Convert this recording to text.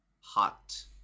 hot